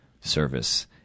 service